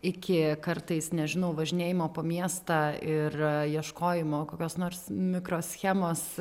iki kartais nežinau važinėjimo po miestą ir ieškojimo kokios nors mikroschemos